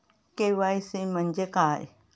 KYC म्हणजे काय?